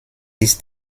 ist